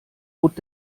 bot